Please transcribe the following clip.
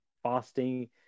fasting